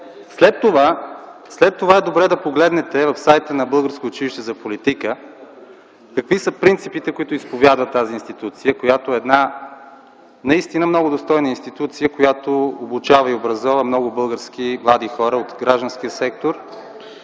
След това е добре да погледнете в сайта на Българско училище за политика, какви са принципите, които изповядва тази институция, която е една много достойна институция, която обучава и образова много български млади хора от гражданския сектор,